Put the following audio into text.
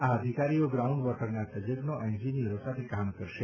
આ અધિકારીઓ ગ્રાઉન્ડ વોટરના તજજો એન્જિનિયરો સાથે કામ કરશે